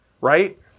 right